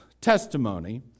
testimony